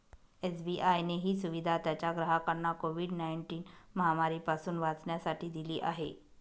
SBI ने ही सुविधा त्याच्या ग्राहकांना कोविड नाईनटिन महामारी पासून वाचण्यासाठी दिली आहे